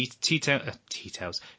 Details